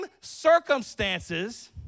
circumstances